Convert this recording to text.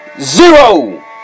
Zero